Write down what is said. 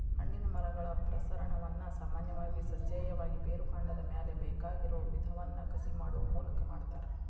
ಹಣ್ಣಿನ ಮರಗಳ ಪ್ರಸರಣವನ್ನ ಸಾಮಾನ್ಯವಾಗಿ ಸಸ್ಯೇಯವಾಗಿ, ಬೇರುಕಾಂಡದ ಮ್ಯಾಲೆ ಬೇಕಾಗಿರೋ ವಿಧವನ್ನ ಕಸಿ ಮಾಡುವ ಮೂಲಕ ಮಾಡ್ತಾರ